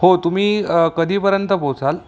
हो तुम्ही कधीपर्यंत पोहोचाल